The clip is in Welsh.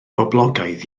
boblogaidd